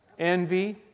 envy